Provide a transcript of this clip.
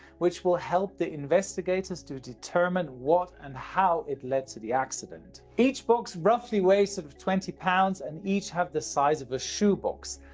which will help the investigators to determine what and how it led to the accident. each box roughly weighs sort of twenty pounds and each have the size of a shoebox.